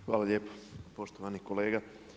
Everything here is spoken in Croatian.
Hvala lijepo poštovani kolega.